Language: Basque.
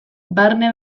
barne